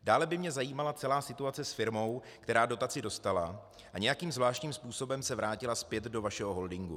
Dále by mě zajímala celá situace s firmou, která dotaci dostala a nějakým zvláštním způsobem se vrátila zpět do vašeho holdingu.